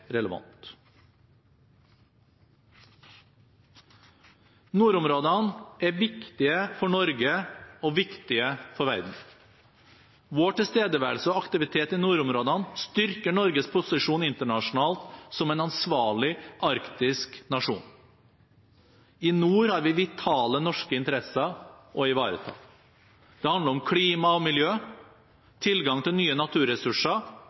relevant. Nordområdene er viktige for Norge og viktige for verden. Vår tilstedeværelse og aktivitet i nordområdene styrker Norges posisjon internasjonalt som en ansvarlig arktisk nasjon. I nord har vi vitale norske interesser å ivareta. Det handler om klima og miljø, tilgang til nye naturressurser